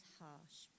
harsh